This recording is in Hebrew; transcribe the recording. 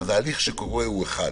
ההליך שקורה הוא אחד.